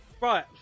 Right